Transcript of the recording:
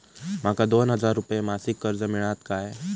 माका दोन हजार रुपये मासिक कर्ज मिळात काय?